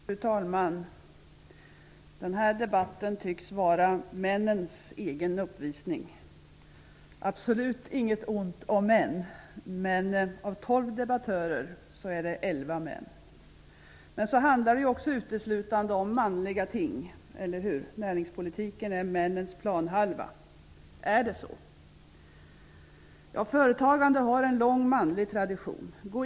Fru talman! Den här debatten tycks vara männens egen uppvisning. Absolut inget ont sagt om män. Av tolv debattörer är dock elva män. Men så handlar det också om uteslutande manliga ting, eller hur? Näringspolitiken är männens planhalva, eller? Företagande har en lång manlig tradition.